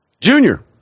Junior